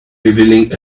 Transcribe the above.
revealing